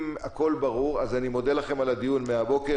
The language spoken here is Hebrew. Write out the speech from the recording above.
אני מודה לכם על הדיון מהבוקר,